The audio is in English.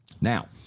Now